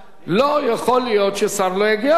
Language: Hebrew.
לא יכול להיות ששר לא יגיע לפה.